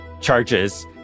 charges